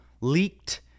leaked